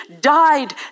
died